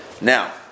Now